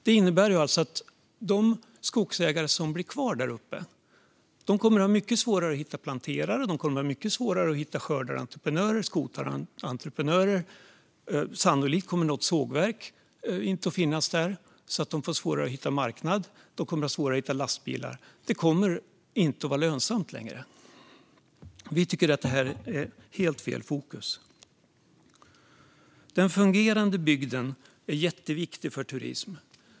Det innebär att de skogsägare som blir kvar där uppe kommer att ha mycket svårare att hitta planterare, skördarentreprenörer och skotarentreprenörer. Sannolikt kommer det inte att finnas något sågverk där, vilket gör att de får svårare att hitta marknad. De kommer också att ha svårare att hitta lastbilar. Det kommer inte att vara lönsamt längre. Vi tycker att det här är helt fel fokus. Den fungerande bygden är jätteviktig för turismen.